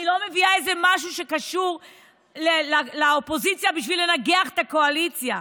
אני לא מביאה איזה משהו שקשור לאופוזיציה בשביל לנגח את הקואליציה.